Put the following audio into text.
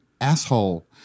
asshole